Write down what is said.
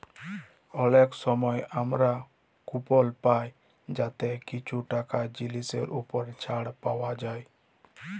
অলেক সময় আমরা কুপল পায় যাতে কিছু টাকা জিলিসের উপর ছাড় পাউয়া যায়